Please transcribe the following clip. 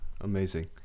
Amazing